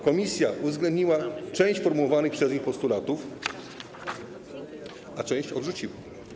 Komisja uwzględniła część formułowanych przez nich postulatów, a część odrzuciła.